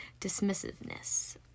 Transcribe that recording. Dismissiveness